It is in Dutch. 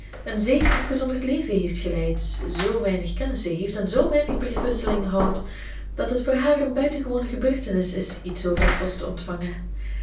een zeer afgezonderd leven heeft geleid zoo weinig kennissen heeft en zoo weinig briefwisseling houdt dat het voor haar een buitengewone gebeurtenis is iets over de post te ontvangen